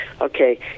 Okay